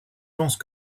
pensent